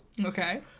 Okay